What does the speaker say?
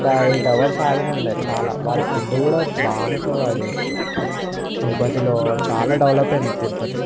ఒక eight hours ఆగి ఉండే చాలా వాళ్ళు ఫుడ్ కూడా బాగానే ప్రొవైడ్ చేస్తారు తిరుపతిలో చాలా డెవలప్ అయింది తిరుపతి